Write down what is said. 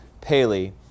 Paley